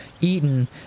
eaten